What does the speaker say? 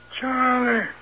Charlie